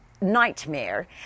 nightmare